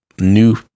new